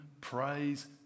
praise